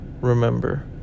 remember